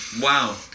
Wow